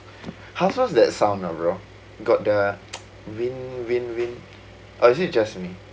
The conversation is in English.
how does that sound ah bro got the wind wind wind or is it just me